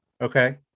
Okay